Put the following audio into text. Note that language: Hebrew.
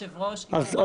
היושב-ראש, היא ברורה.